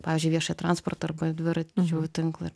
pavyzdžiui viešąjį transportą arba dviračių tinklą